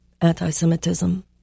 anti-Semitism